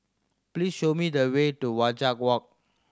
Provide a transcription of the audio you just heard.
please show me the way to Wajek Walk